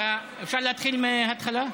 אפשר להתחיל מהתחלה?